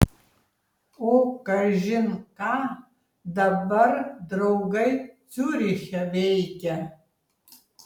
o kažin ką dabar draugai ciuriche veikia